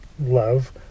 love